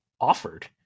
offered